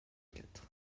quatre